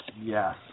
Yes